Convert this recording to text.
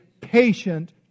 patient